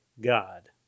God